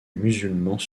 musulmans